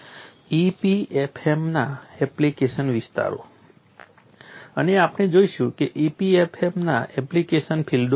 EPFM ના application વિસ્તારો અને આપણે જોઈશું કે EPFM ના એપ્લિકેશન ફીલ્ડો કયા છે